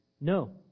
No